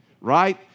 Right